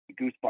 goosebumps